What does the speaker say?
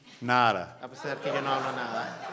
nada